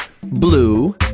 Blue